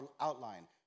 outline